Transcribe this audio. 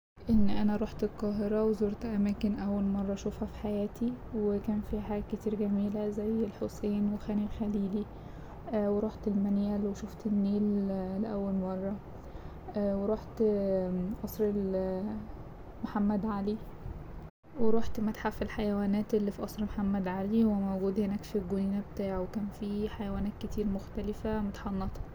إن أنا روحت القاهرة وزورت أماكن أول مرة أشوفها في حياتي وكان فيه حاجات كتير جميلة زي الحسين وخان الخليلي وروحت المنيل وشوفت النيل لأول مرة وروحت قصر محمد علي وروحت متحف الحيوانات اللي في قصر محمد علي.